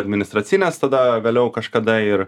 administracinės tada vėliau kažkada ir